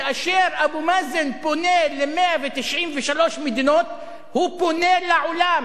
כאשר אבו מאזן פונה אל 193 מדינות הוא פונה אל העולם,